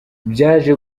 byaje